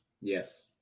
Yes